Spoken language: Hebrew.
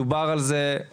דובר על זה?